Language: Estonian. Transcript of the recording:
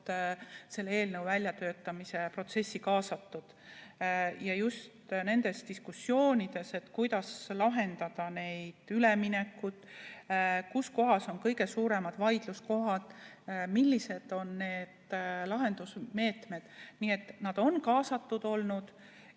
selle eelnõu väljatöötamisse kaasatud – just nendes diskussioonides, et kuidas lahendada seda üleminekut, kus on kõige suuremad vaidluskohad ja millised on lahendusmeetmed. Nii et nad on olnud